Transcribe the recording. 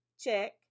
Check